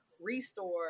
restore